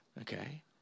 okay